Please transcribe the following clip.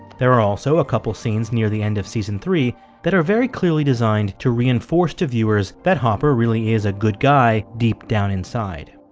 there are also a couple scenes near the end of season three that are very clearly designed to reinforce to viewers that hopper really is a good guy deep down inside